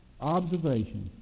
observation